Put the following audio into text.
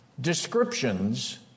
descriptions